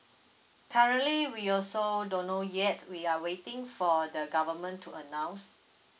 currently we also don't know yet we are waiting for the government to announce